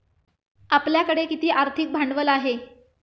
आपल्याकडे किती आर्थिक भांडवल आहे?